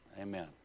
Amen